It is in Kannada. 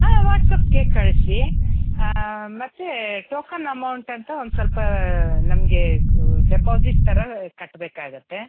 ಹಾಂ ವಾಟ್ಸಾಪ್ಗೆ ಕಳಿಸಿ ಹಾಂ ಮತ್ತು ಟೋಕನ್ ಅಮೌಂಟ್ ಅಂತ ಒಂದು ಸ್ವಲ್ಪ ನಮಗೆ ಡೆಪಾಸಿಟ್ ಥರ ಕಟ್ಟಬೇಕಾಗತ್ತೆ